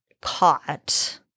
caught